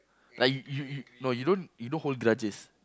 I you you no you don't you don't hold grudges